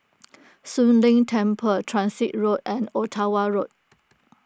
Soon Leng Temple Transit Road and Ottawa Road